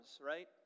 right